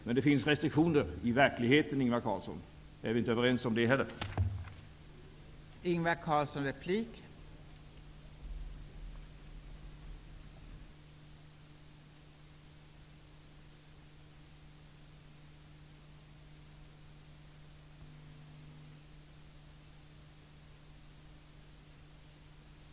Men det finns restriktioner i verkligheten. Är vi inte överens om det heller, Ingvar Carlsson?